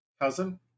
cousin